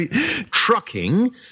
Trucking